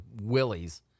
willies